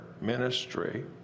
ministry